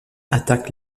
attaquent